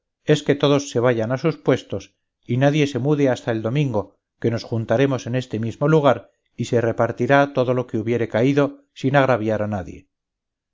es que todos se vayan a sus puestos y nadie se mude hasta el domingo que nos juntaremos en este mismo lugar y se repartirá todo lo que hubiere caído sin agraviar a nadie